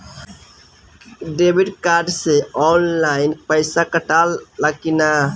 Debit card से online पैसा कटा ले कि ना?